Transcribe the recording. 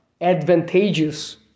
advantageous